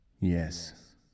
Yes